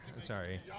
Sorry